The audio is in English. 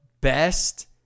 best